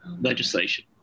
legislation